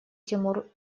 тимур